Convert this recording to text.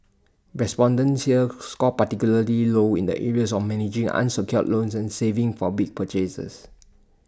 respondents here scored particularly low in the areas of managing unsecured loans and saving for big purchases